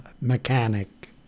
Mechanic